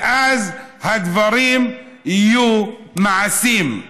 ואז הדברים יהיו למעשים.